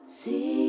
see